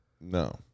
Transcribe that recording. no